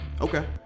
Okay